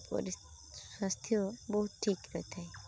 ପରି ସ୍ୱାସ୍ଥ୍ୟ ବହୁତ ଠିକ୍ ରହିଥାଏ